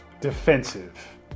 defensive